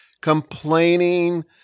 Complaining